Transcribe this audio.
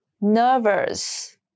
nervous